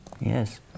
Yes